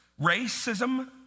racism